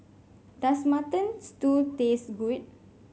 does Mutton Stew taste good